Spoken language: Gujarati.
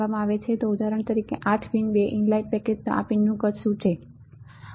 જો ઉદાહરણ તરીકે 8 પિન બે ઇનલાઇન પેકેજ તો આ પિનનું કદ શું છે